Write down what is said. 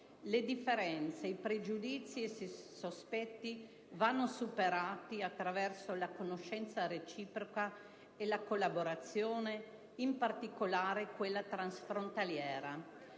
Le differenze, i pregiudizi ed i sospetti vanno superati attraverso la conoscenza reciproca e la collaborazione, in particolare quella transfrontaliera.